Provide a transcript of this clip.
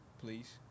please